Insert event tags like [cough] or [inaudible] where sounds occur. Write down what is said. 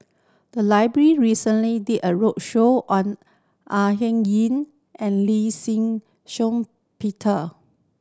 the library recently did a roadshow on Au Hing Yee and Lee [unintelligible] Shiong Peter